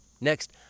Next